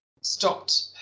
stopped